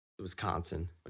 Wisconsin